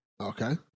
Okay